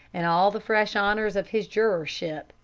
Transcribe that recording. in all the fresh honors of his jurorship,